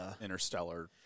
interstellar